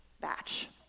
batch